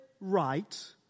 right